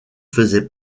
faisait